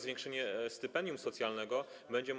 Zwiększenie stypendium socjalnego będzie